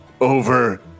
over